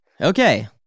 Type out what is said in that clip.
Okay